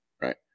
right